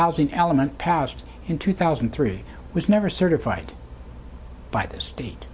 housing element passed in two thousand and three was never certified by the state